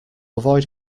avoid